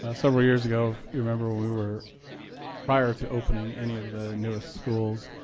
ah several years ago, if you remember when we were prior to opening any of the newest schools,